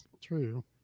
True